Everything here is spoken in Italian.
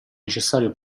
necessario